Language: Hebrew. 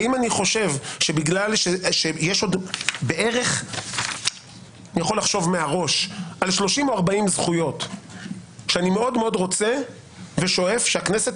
האם אני חושב שיש עוד בערך 30 40 זכויות שאני רוצה שהכנסת